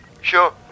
sure